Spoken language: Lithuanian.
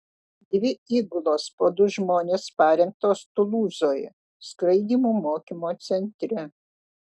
dvi įgulos po du žmones parengtos tulūzoje skraidymų mokymo centre